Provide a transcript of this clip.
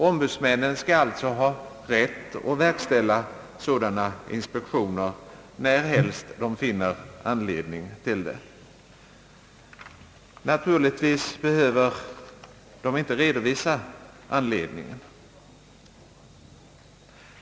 Ombudsmännen skall alltså ha rätt att verkställa sådana inspektioner, närhelst de finner anledning till det. Naturligtvis behöver de inte redovisa anledningen.